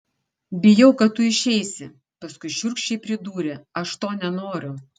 bijau kad tu išeisi paskui šiurkščiai pridūrė aš to nenoriu